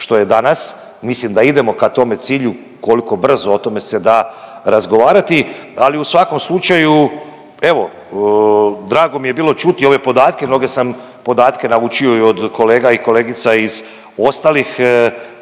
što je danas. Mislim da idemo ka tome cilju, koliko brzo o tome se da razgovarati, ali u svakom slučaju evo drago mi je bilo čuti ove podatke jel mnoge sam podatke naučio i od kolega i kolegica iz ostalih